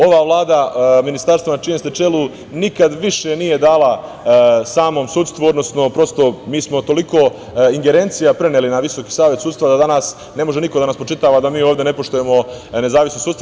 Ova Vlada, Ministarstvo na čijem ste čelu, nikada više nije dala samom sudstvu, odnosno, mi smo toliko ingerencija preneli na Visoki savet sudstva, da danas ne može niko da nam spočitava da mi ovde ne poštujemo nezavisnost sudstva.